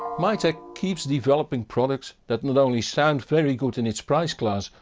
mytek keeps developing products that not only sound very good in its price class,